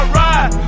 ride